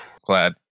Glad